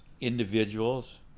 Individuals